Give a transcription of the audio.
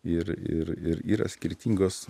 ir ir ir yra skirtingos